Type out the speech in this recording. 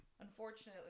Unfortunately